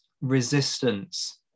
resistance